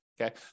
Okay